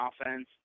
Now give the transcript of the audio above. offense